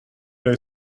dig